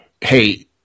hey